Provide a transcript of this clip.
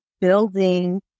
building